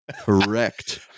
correct